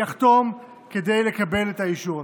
יחתום כדי לקבל את האישור הזה.